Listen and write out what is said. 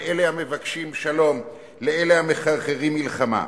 אלה המבקשים שלום לאלה המחרחרים מלחמה.